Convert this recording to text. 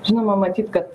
žinoma matyt kad